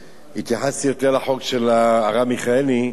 אני התייחסתי יותר לחוק של הרב מיכאלי.